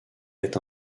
est